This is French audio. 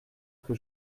que